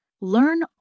Learn